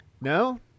No